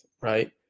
right